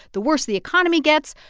the worse the economy gets.